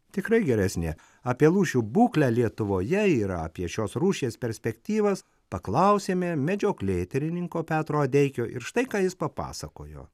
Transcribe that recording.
tikrai geresnė apie lūšių būklę lietuvoje yra apie šios rūšies perspektyvas paklausėme medžioklėterininko petro adeikio ir štai ką jis papasakojo